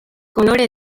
kolore